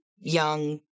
young